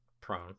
prone